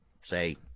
say